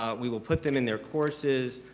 ah we will put them in their courses.